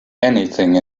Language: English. anything